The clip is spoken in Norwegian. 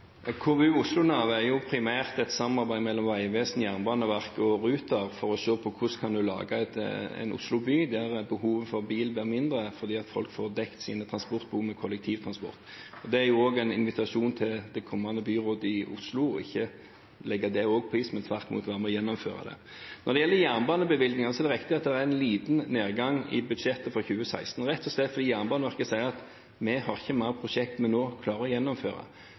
er jo primært et samarbeid mellom Vegvesenet, Jernbaneverket og Ruter for å se på hvordan en kan lage en Oslo by der behovet for bil blir mindre fordi folk får dekket sine transportbehov med kollektivtransport. Det er en invitasjon til det kommende byrådet i Oslo om ikke å legge det også på is, men tvert imot om å gjennomføre det. Når det gjelder jernbanebevilgninger, er det riktig at det er en liten nedgang i budsjettet for 2016, rett og slett fordi Jernbaneverket sier at de ikke har flere prosjekt som de klarer å gjennomføre.